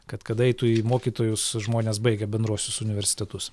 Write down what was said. kad kad eitų į mokytojus žmonės baigę bendruosius universitetus